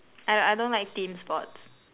I I don't don't like team sports